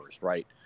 Right